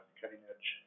cutting-edge